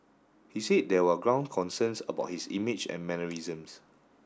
he said there were ground concerns about his image and mannerisms